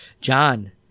John